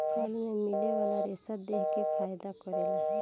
फल मे मिले वाला रेसा देह के फायदा करेला